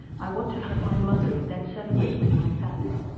i want to hug my mother and then celebrate with my family.